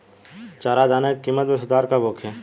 चारा दाना के किमत में सुधार कब होखे?